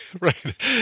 right